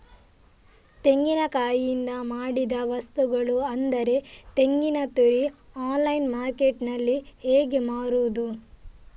ತೆಂಗಿನಕಾಯಿಯಿಂದ ಮಾಡಿದ ವಸ್ತುಗಳು ಅಂದರೆ ತೆಂಗಿನತುರಿ ಆನ್ಲೈನ್ ಮಾರ್ಕೆಟ್ಟಿನಲ್ಲಿ ಹೇಗೆ ಮಾರುದು?